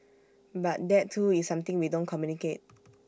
but that too is something we don't communicate